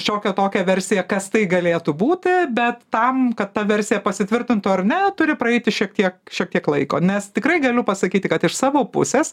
šiokią tokią versiją kas tai galėtų būti bet tam kad ta versija pasitvirtintų ar ne turi praeiti šiek tiek šiek tiek laiko nes tikrai galiu pasakyti kad iš savo pusės